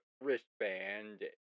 wristband